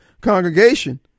congregation